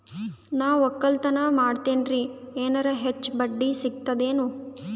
ನಾ ಒಕ್ಕಲತನ ಮಾಡತೆನ್ರಿ ಎನೆರ ಹೆಚ್ಚ ಬಡ್ಡಿ ಸಿಗತದೇನು?